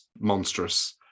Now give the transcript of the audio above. monstrous